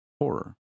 Horror